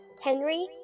Henry